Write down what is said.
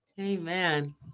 Amen